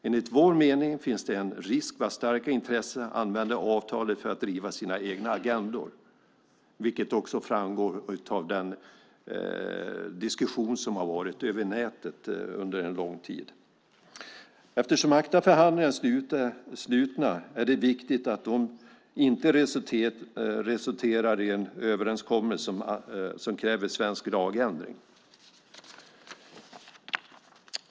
Enligt vår mening finns det en risk för att starka intressen använder avtalet för att driva sina egna agendor, vilket också framgår av den diskussion som har förts över nätet under en lång tid. Eftersom ACTA-förhandlingarna är slutna är det viktigt att de inte resulterar i en överenskommelse som kräver svensk lagändring.